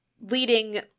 leading